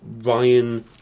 Ryan